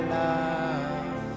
love